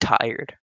tired